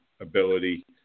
ability